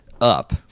up